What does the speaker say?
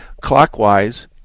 clockwise